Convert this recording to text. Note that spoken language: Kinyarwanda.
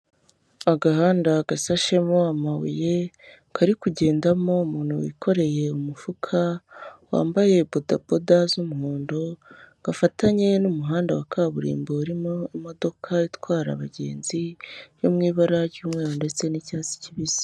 Agahanda gasashemo amabuye kari kugendamo umuntu wikoreye umufuka, wambaye bodaboda z'umuhondo gafatanye n'umuhanda wa kaburimbo uri kugendamo imogoka itwara abagenzi yo mu ibara ry'umweru ndetse n'icyatsi kibisi.